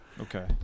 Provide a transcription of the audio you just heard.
Okay